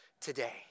today